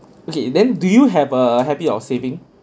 okay then do you have a habit of saving